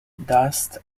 dust